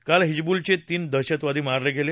काल हिजबूलचे तीन दहशतवादी मारले गेले